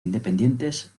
independientes